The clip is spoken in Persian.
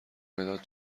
مداد